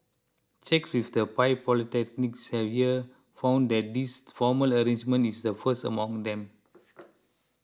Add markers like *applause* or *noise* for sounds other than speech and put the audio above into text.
checks with the five polytechnics here found that this formal arrangement is the first among them *noise*